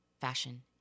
fashion